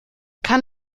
kann